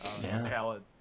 Palette